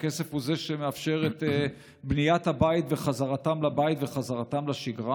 הכסף הוא שמאפשר את בניית הבית וחזרתם לבית וחזרתם לשגרה.